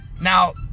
Now